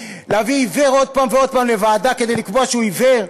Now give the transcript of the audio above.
להביא עיוור עוד פעם ועוד פעם לוועדה כדי לקבוע שהוא עיוור?